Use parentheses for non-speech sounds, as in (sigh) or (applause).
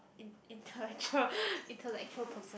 in~ intellectual (breath) intellectual person